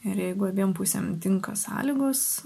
ir jeigu abiem pusėm tinka sąlygos